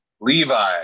Levi